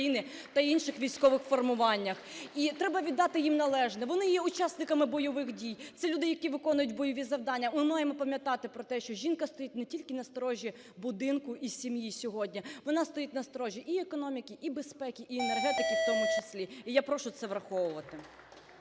та інших військових формуваннях. І треба віддати їм належне, вони є учасниками бойових дій, це люди, які виконують бойові завдання. Ми маємо пам'ятати про те, що жінка стоїть не тільки на сторожі будинку і сім'ї сьогодні, вона стоїть на сторожі і економіки, і безпеки, і енергетики в тому числі. І я прошу це враховувати.